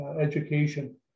education